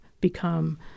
become